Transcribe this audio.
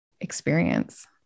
experience